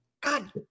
God